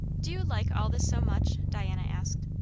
do like all this so much? diana asked.